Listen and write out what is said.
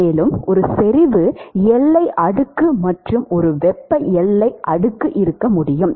மேலும் ஒரு செறிவு எல்லை அடுக்கு மற்றும் ஒரு வெப்ப எல்லை அடுக்கு இருக்க முடியும்